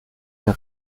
der